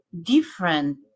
different